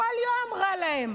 כל יום רע להם,